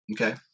Okay